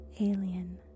Alien